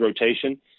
rotation